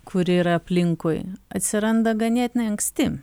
kuri yra aplinkui atsiranda ganėtinai anksti